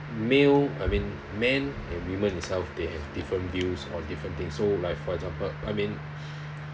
male I mean men and women itself they have different views on different things so like for example I mean